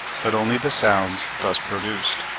but only the sounds thus produced.